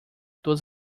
todas